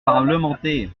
parlementer